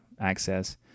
access